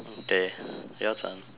okay your turn